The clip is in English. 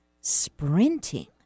sprinting